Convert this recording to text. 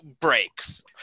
breaks